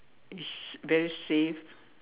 it's very safe